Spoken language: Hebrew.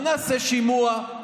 (קוראת בשמות חברי הכנסת)